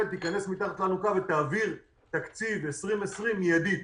תיכנס מתחת לאלונקה ותעביר את תקציב 2020 מידית.